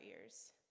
ears